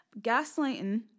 Gaslighting